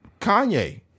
Kanye